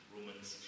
Romans